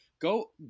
go